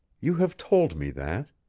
you have told me that.